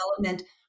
development